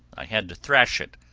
i had to thrash it,